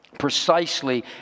precisely